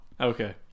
okay